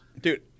Dude